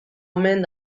omen